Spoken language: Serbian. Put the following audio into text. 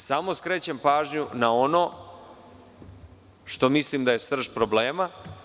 Samo skrećem pažnju na ono što mislim da je srž problema.